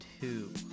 Two